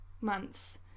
months